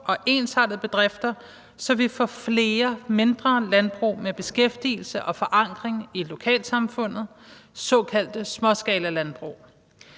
og ensartede bedrifter og vi får flere mindre landbrug med beskæftigelse og forankring i lokalsamfundet – såkaldte småskalalandbrug.